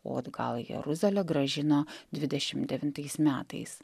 o atgal į jeruzalę grąžino dvidešimt devintais metais